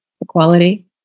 equality